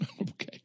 Okay